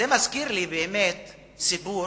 זה מזכיר לי באמת סיפור